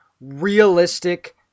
realistic